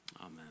Amen